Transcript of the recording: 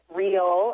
real